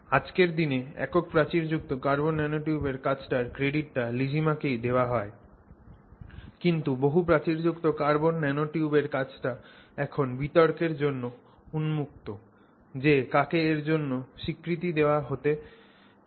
আজকের দিনে একক প্রাচীরযুক্ত কার্বন ন্যানোটিউবের কাজটার ক্রেডিট লিজিমা কেই দেওয়া হয় কিন্তু বহু প্রাচীরযুক্ত কার্বন ন্যানোটিউবের কাজটা এখন বিতর্কের জন্য উন্মুক্ত যে কাকে এর জন্য স্বীকৃতি দেওয়া যেতে পারে